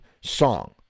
song